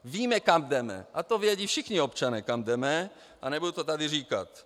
Víme, kam jdeme a to vědí všichni občané, kam jdeme, a nebudu to tady říkat.